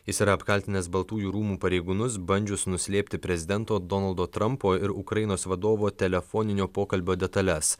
jis yra apkaltinęs baltųjų rūmų pareigūnus bandžius nuslėpti prezidento donaldo trampo ir ukrainos vadovo telefoninio pokalbio detales